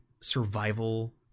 survival